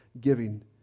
giving